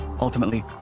Ultimately